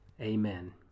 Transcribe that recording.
Amen